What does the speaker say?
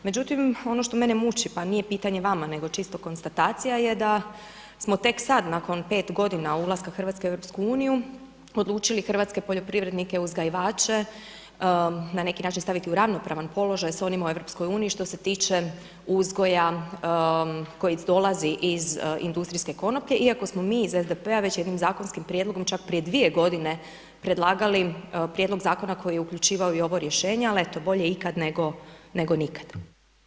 Međutim, ono što mene muči, pa nije pitanje vama, nego čisto konstatacija je da smo tek sad nakon 5 godina od ulaske RH u EU, odlučili hrvatske poljoprivrednike, uzgajivače, na neki način staviti u ravnopravan položaj s onima u EU što se tiče uzgoja koji dolazi iz industrijske konoplje iako smo mi iz SDP-a već jednim zakonskim prijedlogom čak prije dvije godine predlagali prijedlog Zakona koji je uključivao i ovo rješenja, ali eto, bolje ikad, nego nikad.